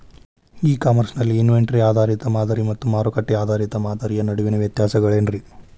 E commerce ನಲ್ಲಿ inventory ಆಧಾರಿತ ಮಾದರಿ ಮತ್ತ ಮಾರುಕಟ್ಟೆ ಆಧಾರಿತ ಮಾದರಿಯ ನಡುವಿನ ವ್ಯತ್ಯಾಸಗಳೇನ ರೇ?